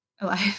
alive